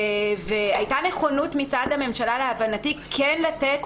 להבנתי הייתה נכונות מצד הממשלה כן לתת